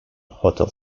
hotel